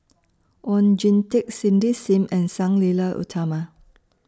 Oon Jin Teik Cindy SIM and Sang Nila Utama